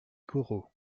corot